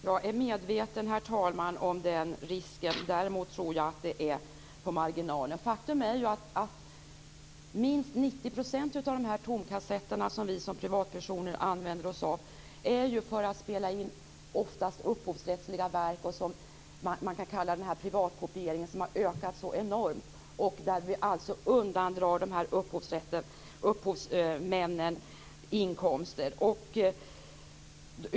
Herr talman! Jag är medveten om den risken. Däremot tror jag att det är på marginalen. Faktum är ju att minst 90 % av de här tomkassetterna som vi som privatpersoner använder oss av, använder vi oss av just för att spela in oftast upphovsrättsliga verk. Man kan kalla det här privatkopiering, och den har ökat enormt. Vi undandrar upphovsmännen inkomster.